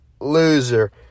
loser